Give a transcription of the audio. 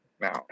now